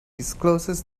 discloses